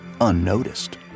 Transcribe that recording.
unnoticed